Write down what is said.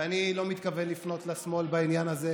ואני לא מתכוון לפנות לשמאל בעניין הזה,